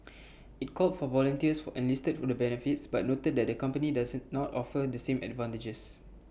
IT called for volunteers for and listed the benefits but noted that the company does not offer the same advantages